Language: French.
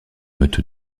meute